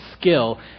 skill